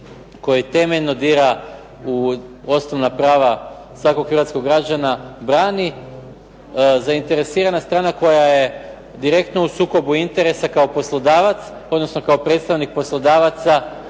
koji temeljno dira u osnovna prava svakog hrvatskog građana brani zainteresirana strana koja ja direktno u sukobu interesa kao poslodavac odnosno kao predstavnik poslodavaca